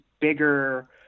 bigger